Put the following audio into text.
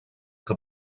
que